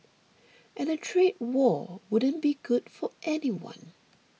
and a trade war wouldn't be good for anyone